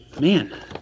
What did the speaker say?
Man